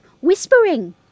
whispering